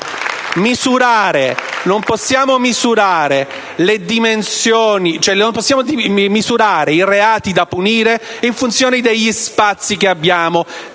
non possiamo misurare i reati da punire in funzione degli spazi che abbiamo per